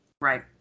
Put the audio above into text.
right